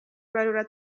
ibarura